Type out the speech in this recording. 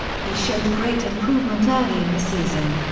he showed great improvement early in the season,